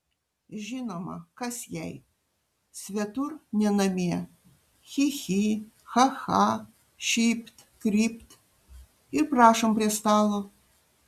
žinoma kas jai svetur ne namie chi chi cha cha šypt krypt ir prašom prie stalo